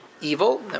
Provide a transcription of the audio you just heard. evil